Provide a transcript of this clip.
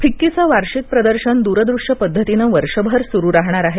फिक्कीचं वार्षिक प्रदर्शन दूरदृश्य पद्धतीने वर्षभर सुरु राहणार आहे